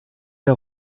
der